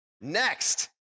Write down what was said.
Next